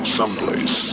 someplace